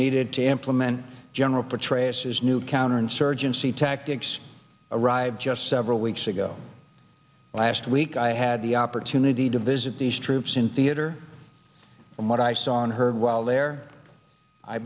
needed to implement general petraeus his new counterinsurgency tactics arrived just several weeks ago last week i had the opportunity to visit these troops in theater and what i saw and heard while there i